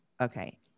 Okay